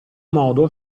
modo